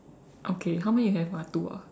okay how many you have ah two ah